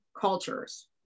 cultures